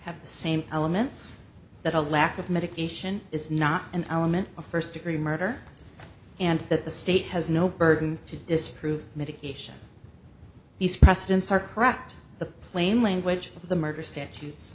have the same elements that a lack of medication is not an element of first degree murder and that the state has no burden to disprove medication these precedents are correct the plain language of the murder statutes